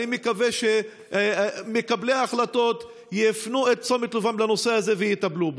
אני מקווה שמקבלי ההחלטות יפנו את תשומת ליבם לנושא הזה ויטפלו בו.